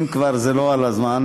אם כבר זה לא על הזמן,